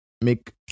make